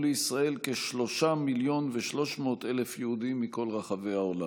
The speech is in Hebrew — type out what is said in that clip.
לישראל כשלושה מיליון ו-300,000 יהודים מכל רחבי העולם.